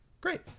great